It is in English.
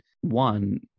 one